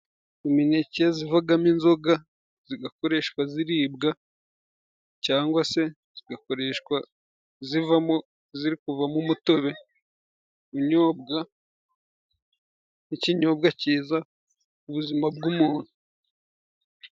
Imineke zivagamo inzoga zigakoreshwa ziribwa, cyangwa se zigakoreshwa zivamo ziri kuvamo umutobe unyobwa, n'ikinyobwa ciza mu buzima bw'umuntu.